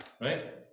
right